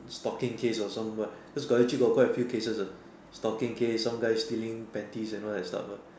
stalking case or somewhat cause actually got quite a few cases uh stalking case some guy stealing panties and all that stuff lah